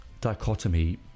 dichotomy